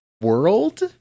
world